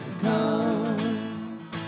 come